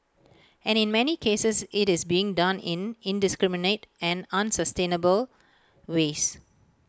and in many cases IT is being done in indiscriminate and unsustainable ways